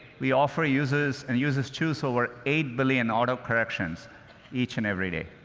we offer users and users choose over eight billion auto correction each and every day.